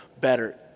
better